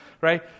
right